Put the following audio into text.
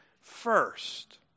first